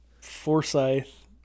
Forsyth